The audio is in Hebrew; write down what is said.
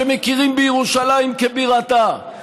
שמכירים בירושלים כבירתה.